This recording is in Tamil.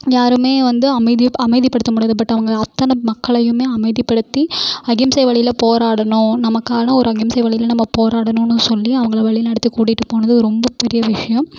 யாருமே வந்து அமைதி அமைதிப்படுத்த முடியாது பட் அவங்க அத்தனை மக்களையுமே அமைதிப்படுத்தி அஹிம்சை வழியில் போராடணும் நமக்கான ஒரு அஹிம்சை வழியில் நம்ம போராடணும்னு சொல்லி அவங்களை வழிநடத்தி கூட்டிகிட்டு போனதும் ரொம்ப பெரிய விஷயம்